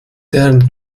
deren